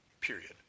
period